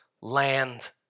land